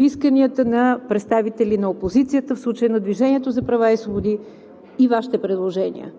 Защо обаче не уважихте съвпадението в исканията на представители на опозицията, в случая на „Движението за права и свободи“, и Вашите предложения?